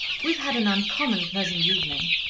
we've had an uncommon pleasant evening.